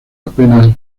apenas